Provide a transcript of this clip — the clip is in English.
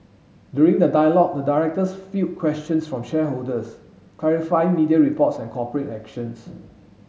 during the dialogue the directors field questions from shareholders clarifying media reports and corporate actions